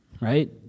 right